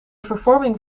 vervorming